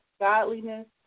godliness